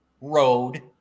road